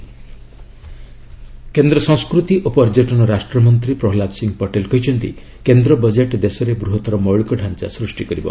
Prahlad Patel budget କେନ୍ଦ୍ର ସଂସ୍କୃତି ଓ ପର୍ଯ୍ୟଟନ ରାଷ୍ଟ୍ରମନ୍ତ୍ରୀ ପ୍ରହଲାଦ ସିଂହ ପଟେଲ କହିଛନ୍ତି କେନ୍ଦ୍ର ବଜେଟ୍ ଦେଶରେ ବୃହତର ମୌଳିକ ଡାଞ୍ଚା ସୃଷ୍ଟି କରିବ